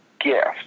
gift